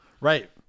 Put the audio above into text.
Right